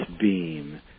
beam